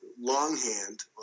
longhand